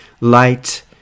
light